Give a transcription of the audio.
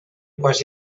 quasi